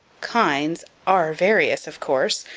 kinds are various of course,